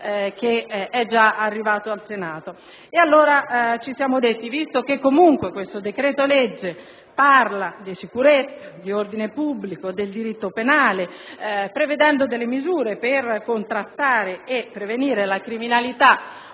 legge già arrivato al Senato. Allora, visto che comunque questo decreto-legge parla di sicurezza, di ordine pubblico e del diritto penale, prevedendo misure per contrastare e prevenire la criminalità